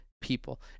people